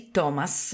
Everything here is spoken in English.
Thomas